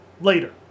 later